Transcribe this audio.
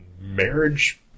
marriage